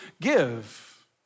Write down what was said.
give